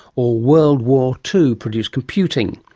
or world war two produced computing.